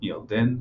ירדן,